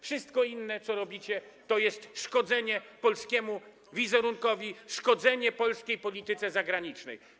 Wszystko inne, co robicie, to jest szkodzenie polskiemu wizerunkowi, szkodzenie polskiej polityce zagranicznej.